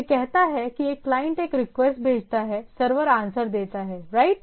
यह कहता है कि एक क्लाइंट एक रिक्वेस्ट भेजता है सर्वर आंसर देता है राइट